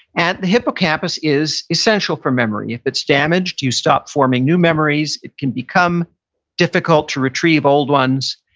and the hippocampus is essential for memory. if it's damaged, you stop forming new memories. it can become difficult to retrieve old ones.